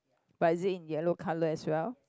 but is it in yellow colour as well